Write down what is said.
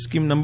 scheme નં